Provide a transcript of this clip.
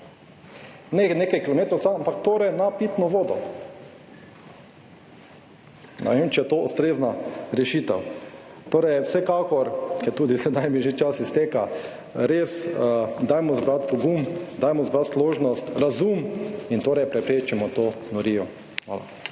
nekaj kilometrov stran, ampak torej na pitno vodo. Ne vem, če je to ustrezna rešitev. Torej vsekakor, ker tudi sedaj mi že čas izteka, res dajmo zbrati pogum, dajmo zbrati složnost, razum in torej preprečimo to norijo. Hvala.